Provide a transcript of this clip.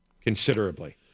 considerably